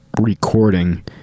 recording